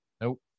Nope